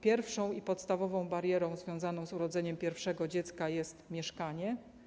Pierwszą i podstawową barierą związaną z urodzeniem pierwszego dziecka jest mieszkanie.